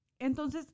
Entonces